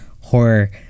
horror